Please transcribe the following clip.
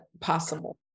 possible